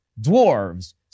Dwarves